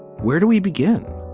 where do we begin?